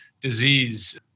disease